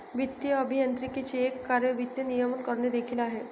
वित्तीय अभियांत्रिकीचे एक कार्य वित्त नियमन करणे देखील आहे